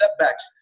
setbacks